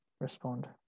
respond